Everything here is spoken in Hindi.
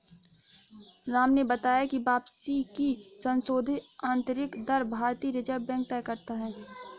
राम ने बताया की वापसी की संशोधित आंतरिक दर भारतीय रिजर्व बैंक तय करता है